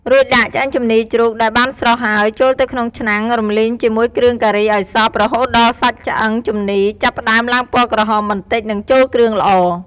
រួចដាក់ ឆ្អឹងជំនីរជ្រូក ដែលបានស្រុះហើយចូលទៅក្នុងឆ្នាំង រំលីងជាមួយគ្រឿងការីឱ្យសព្វ រហូតដល់សាច់ឆ្អឹងជំនីរចាប់ផ្ដើមឡើងពណ៌ក្រហមបន្តិច និងចូលគ្រឿងល្អ។